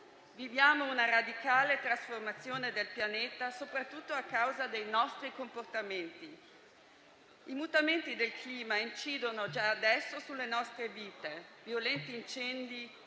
Viviamo una radicale trasformazione del pianeta, soprattutto a causa dei nostri comportamenti. I mutamenti del clima incidono già adesso sulle nostre vite: violenti incendi,